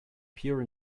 pure